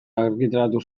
argitaratu